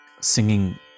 singing